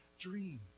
dream